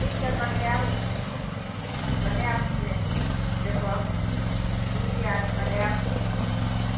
ठीक छै बनायब बनायब फेर देखब भोजपुरी आर बनायब हँ